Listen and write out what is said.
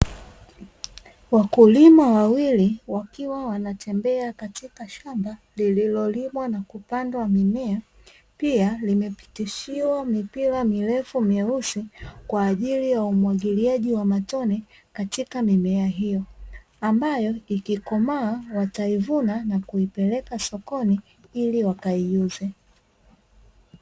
Wakulima wawili wakiwa wanatembea katika shamba lililolimwa na kupandwa mimea, pia limepitishiwa mipira mirefu myeusi kwa ajili ya umwagiliaji wa matone katika mimea hiyo, ambayo ikikoma wataivuna na kuipeleka sokoni ili wakaiuze.